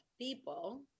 people